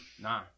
Nah